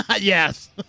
Yes